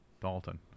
Dalton